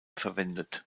verwendet